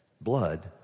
blood